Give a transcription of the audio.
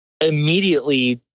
immediately